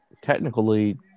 technically